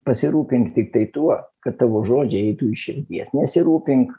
pasirūpink tiktai tuo kad tavo žodžiai eitų iš širdies nesirūpink